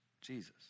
Jesus